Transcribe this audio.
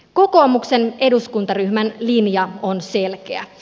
kokoomuksen eduskuntaryhmän linja on selkeä